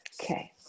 Okay